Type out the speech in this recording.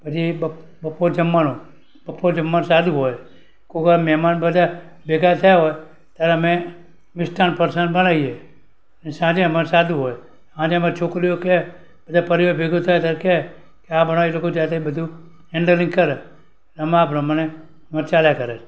પછી બપોર જમવાનો બપોર જમવા સાદું હોય કોઈક વાર મહેમાન બધા ભેગા થયા હોય ત્યારે અમે મિષ્ઠાન ફરસાણ બનાવીએ અને સાંજે અમારે સાદું હોય અને અમારે છોકરીઓ કે બધા પરિવાર ભેગો થાય ત્યારે કે આ બનાયું તો ત્યાં ત્યાં બધું હેન્ડલિંગ કરે એમાં આ પ્રમાણે મોજ ચાલ્યા કરે